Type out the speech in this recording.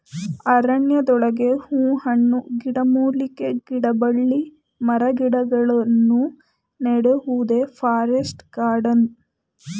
ಅರಣ್ಯದೊಳಗೆ ಹೂ ಹಣ್ಣು, ಗಿಡಮೂಲಿಕೆ, ಗಿಡಬಳ್ಳಿ ಮರಗಿಡಗಳನ್ನು ನೆಡುವುದೇ ಫಾರೆಸ್ಟ್ ಗಾರ್ಡನ್